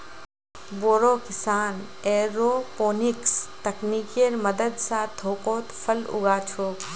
बोरो किसान एयरोपोनिक्स तकनीकेर मदद स थोकोत फल उगा छोक